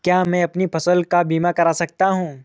क्या मैं अपनी फसल का बीमा कर सकता हूँ?